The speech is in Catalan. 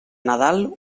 nadal